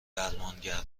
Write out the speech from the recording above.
درمانگر